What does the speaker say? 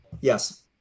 Yes